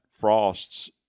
frosts